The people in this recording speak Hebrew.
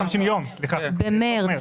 סוף מרץ.